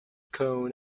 cone